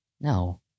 No